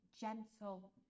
gentle